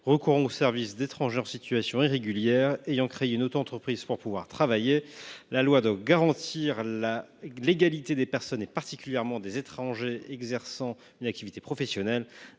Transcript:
recourent aux services d’étrangers en situation irrégulière ayant créé une autoentreprise pour pouvoir travailler. La loi doit garantir l’égalité des personnes, particulièrement des étrangers exerçant une activité professionnelle.